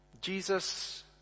Jesus